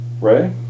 Ray